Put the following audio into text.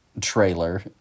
trailer